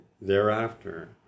thereafter